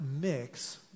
mix